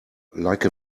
like